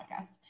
podcast